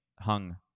hung